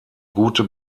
gute